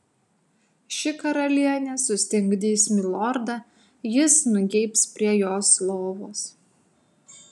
ši karalienė sustingdys milordą jis nugeibs prie jos lovos